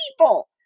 people